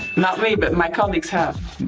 not me but my colleagues have.